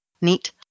neat